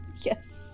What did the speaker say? Yes